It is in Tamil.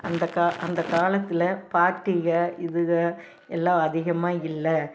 அந்த கா அந்த காலத்தில் பார்ட்டிகள் இதுகள் எல்லாம் அதிகமாக இல்லை